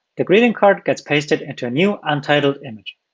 the greeting card gets pasted into a new untitled image.